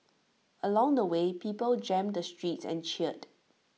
along the way people jammed the streets and cheered